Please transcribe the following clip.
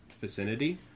vicinity